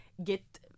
get